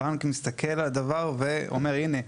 הבנק מסתכל על הדבר ואומר: הנה,